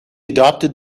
adopted